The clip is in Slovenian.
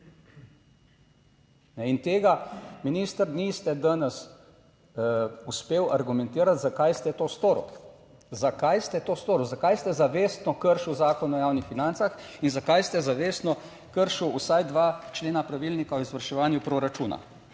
In tega, minister, niste danes uspel argumentirati, zakaj ste to storil? Zakaj ste to storil? Zakaj ste zavestno kršil Zakon o javnih financah in zakaj ste zavestno kršil vsaj 2 člena Pravilnika o izvrševanju proračuna?